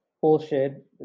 bullshit